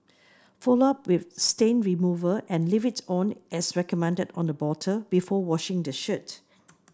follow up with stain remover and leave it on as recommended on the bottle before washing the shirt